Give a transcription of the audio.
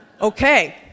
Okay